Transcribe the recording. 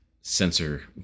sensor